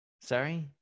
Sorry